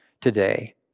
today